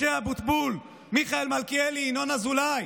משה אבוטבול, מיכאל מלכיאלי, ינון אזולאי,